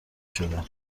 شده